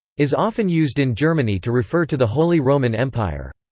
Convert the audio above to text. is often used in germany to refer to the holy roman empire.